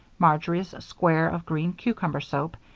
marjory's square of green cucumber soap,